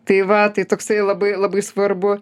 tai va tai toksai labai labai svarbu